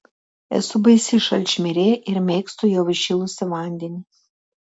esu baisi šalčmirė ir mėgstu jau įšilusį vandenį